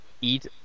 eat